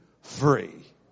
free